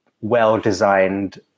well-designed